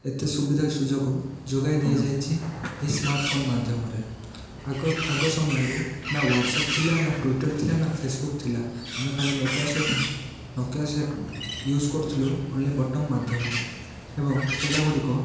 ଏତେ ସୁବିଧା ସୁଯୋଗ ଯୋଗାଇ ଦିଆଯାଇଛି ଏଇ ସ୍ମାର୍ଟଫୋନ୍ ମାଧ୍ୟମରେ ଆଗ ଆଗ ସମୟରେ ନାଁ ହ୍ୱାଟ୍ସପ୍ ଥିଲା ନାଁ ଟୁଇଟର୍ ଥିଲା ନାଁ ଫେସବୁ୍କ ଥିଲା ଆମେ ଖାଲି Nokia so Nokia set use କରୁଥିଲୁ ଓନ୍ଲି ବଟମ୍ ମାଧ୍ୟମରେ ଏବଂ ସେଇଟା ଗୁଡ଼ିକ